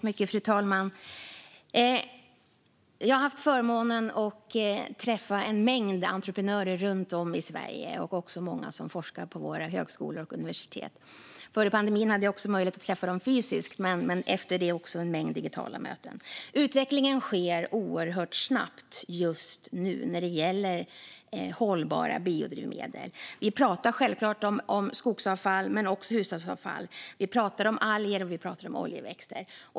Fru talman! Jag har haft förmånen att träffa en mängd entreprenörer runt om i Sverige och även många forskare på våra högskolor och universitet. Före pandemin hade jag möjlighet att träffa dem fysiskt, men under pandemin har det varit en mängd digitala möten. Utvecklingen när det gäller hållbara biodrivmedel sker just nu oerhört snabbt. Vi pratar självklart om skogsavfall men också om hushållsavfall. Vi pratar om alger, och vi pratar om oljeväxter.